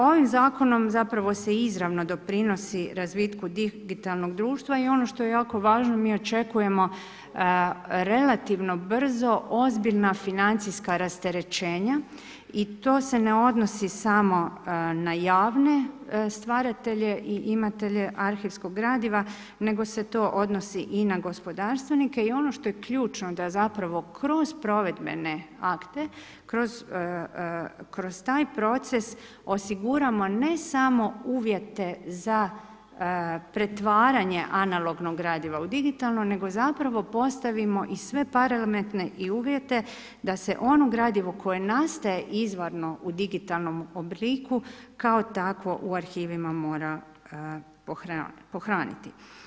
Ovim Zakonom zapravo se izravno doprinosi razvitku digitalnog društva i ono što je jako važno, mi očekujemo relativno brzo ozbiljna financijska rasterećenja i to se ne odnosi samo na javne stvaratelje i imatelje arhivskog gradiva, nego se to odnosi na gospodarstvenike i ono što je ključno da zapravo kroz provedbene akte, kroz taj proces osiguramo ne samo uvjete za pretvaranje analognog gradiva u digitalno nego zapravo postavimo i sve parametre i uvjete da se ono gradivo koje nastaje izvorno u digitalnom obliku kao takvo u arhivima mora pohraniti.